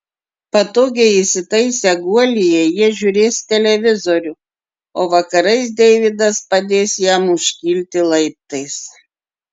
patogiai įsitaisę guolyje jie žiūrės televizorių o vakarais deividas padės jam užkilti laiptais